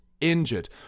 injured